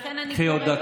לכן אני קוראת לציבור,